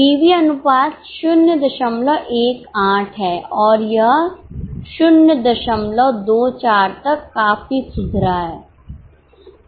PV अनुपात 018 है और यह 024 तक काफी सुधरा है